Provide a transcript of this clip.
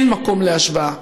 אין מקום להשוואה,